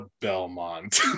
Belmont